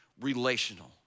relational